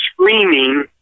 screaming